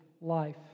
life